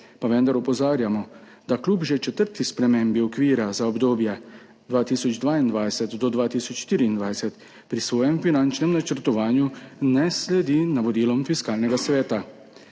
Pa vendar opozarjamo, da kljub že četrti spremembi okvira za obdobje 2022 do 2024 pri svojem finančnem načrtovanju ne sledi navodilom Fiskalnega sveta.